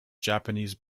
japanese